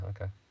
Okay